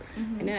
mmhmm